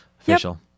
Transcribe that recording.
Official